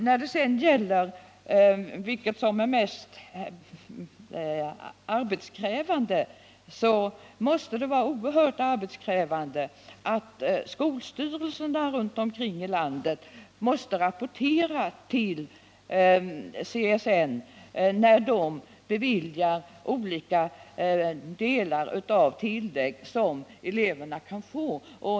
När det gäller frågan vilket som är mest arbetskrävande vill jag framhålla att det måste vara oerhört arbetskrävande att skolstyrelserna runt omkring i landet måste rapportera till CSN då de beviljar olika delar av tillägg som eleverna kan få.